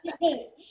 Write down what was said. Yes